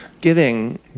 giving